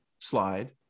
slide